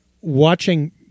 watching